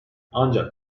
ancak